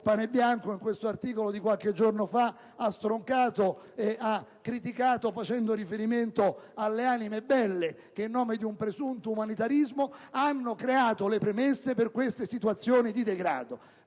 Panebianco, in questo articolo di qualche giorno fa, ha stroncato e criticato facendo riferimento alle anime belle che, in nome di un presunto umanitarismo, hanno creato le premesse per queste situazioni di degrado.